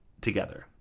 Together